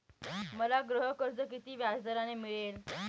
मला गृहकर्ज किती व्याजदराने मिळेल?